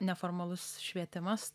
neformalus švietimas